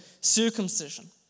circumcision